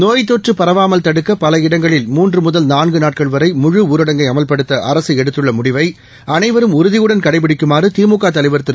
நோய் தொற்று பரவாமல் தடுக்க பல இடங்களில் மூன்று முதல் நான்கு நாட்கள் வரை முழு ஊரடங்கை அமல்படுத்த அரசு எடுத்துள்ள முடிவை அனைவரும் உறுதியுடன் கடைபிடிக்குமாறு திமுக தலைவர் திரு